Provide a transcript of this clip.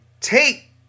take